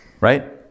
right